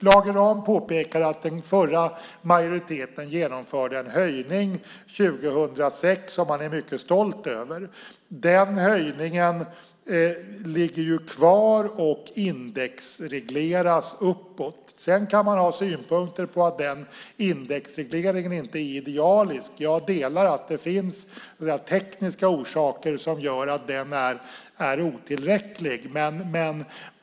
Lage Rahm påpekar att den förra majoriteten genomförde en höjning 2006 som man är mycket stolt över. Den höjningen ligger ju kvar och indexregleras uppåt. Man kan ha synpunkter på att den indexregleringen inte är idealisk. Jag delar uppfattningen att det finns tekniska orsaker som gör att den är otillräcklig.